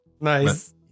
Nice